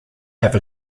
have